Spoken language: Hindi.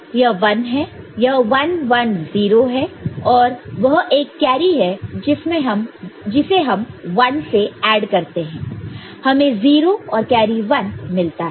यह 1 है यह 1 1 0 है और वह एक कैरी है जिसे हम 1 से ऐड करते हैं हमें 0 और कैरी 1 मिलता है